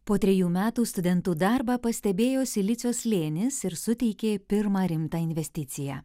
po trejų metų studentų darbą pastebėjo silicio slėnis ir suteikė pirmą rimtą investiciją